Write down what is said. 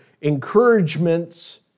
Encouragements